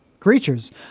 Creatures